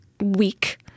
week